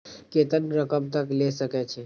केतना रकम तक ले सके छै?